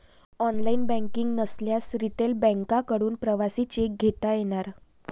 online banking नसल्यास retail बँकांकडून प्रवासी चेक घेता येणार